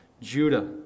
Judah